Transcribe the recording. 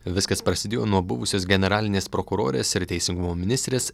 viskas prasidėjo nuo buvusios generalinės prokurorės ir teisingumo ministrės